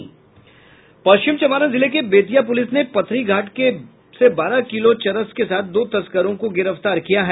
पश्चिम चंपारण जिला के बेतिया पूलिस ने पथरी घाट से बारह किलो चरस के साथ दो तस्करो को गिरफ्तार किया है